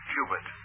Hubert